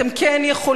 אתם כן יכולים,